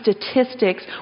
statistics